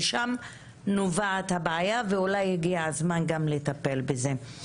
משם נובעת הבעיה ואולי הגיע הזמן גם לטפל בזה.